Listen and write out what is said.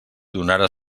donara